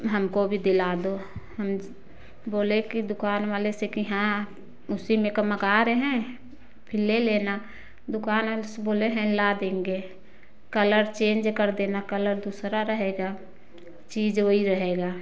हमको भी दिला दो हम बोले की दुकान वाले से की हाँ उसी में का मंगा रहे हैं फिर ले लेना दुकान वाले से बोले हैं ला देंगे कलर चेंज कर देना कलर दूसरा रहेगा चीज़ वही रहेगा